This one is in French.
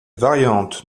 variante